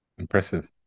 impressive